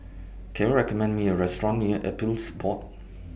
Can YOU recommend Me A Restaurant near Appeals Board